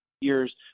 years